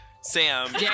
sam